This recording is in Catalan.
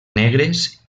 negres